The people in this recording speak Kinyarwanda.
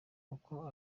uko